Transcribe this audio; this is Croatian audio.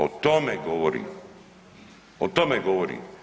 O tome govorim, o tome govorim.